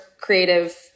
creative